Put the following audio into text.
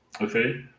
Okay